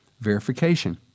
verification